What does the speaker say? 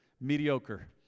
Mediocre